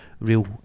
real